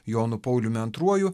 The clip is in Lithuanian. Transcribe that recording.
jonu pauliumi antruoju